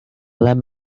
let